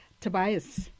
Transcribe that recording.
Tobias